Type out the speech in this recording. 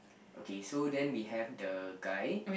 okay so then we have the guy